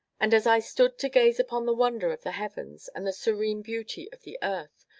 and as i stood to gaze upon the wonder of the heavens, and the serene beauty of the earth,